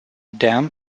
dam